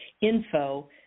info